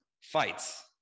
fights